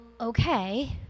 okay